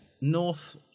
North